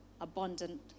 abundant